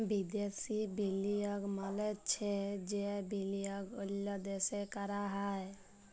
বিদ্যাসি বিলিয়গ মালে চ্ছে যে বিলিয়গ অল্য দ্যাশে ক্যরা হ্যয়